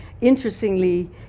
interestingly